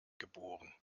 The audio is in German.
geboren